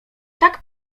tak